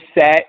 set